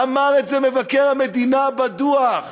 אמר את זה מבקר המדינה בדוח.